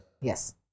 yes